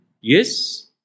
Yes